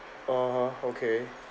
(uh huh) okay